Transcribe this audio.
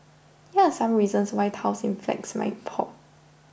here are some reasons why tiles in flats may pop